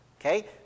Okay